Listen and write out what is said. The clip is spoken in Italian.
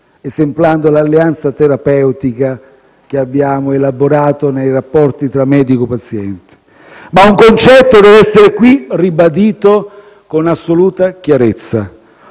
esemplando l'alleanza terapeutica che abbiamo elaborato nei rapporti tra medico e paziente. Ma un concetto deve essere qui ribadito con assoluta chiarezza: